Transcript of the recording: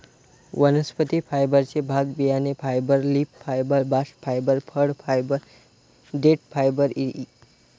वनस्पती फायबरचे भाग बियाणे fibre, leaf fibre, bast fibre, फळ फायबर, देठ फायबर इ